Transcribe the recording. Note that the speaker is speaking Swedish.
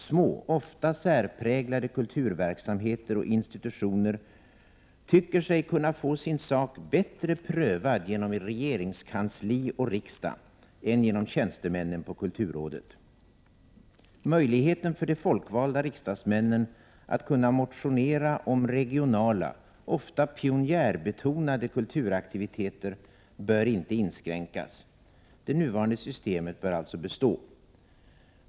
Små, ofta särpräglade kulturverksamheter och institutioner tycker sig kunna få sin sak bättre prövad genom regeringskansli och riksdag än genom tjänstemännen på kulturrådet. Möjligheten för de folkvalda riksdagsmännen att motionera om regionala, ofta pionjärbetonade kulturaktiviteter bör inte inskränkas. Det nuvarande systemet bör alltså bestå.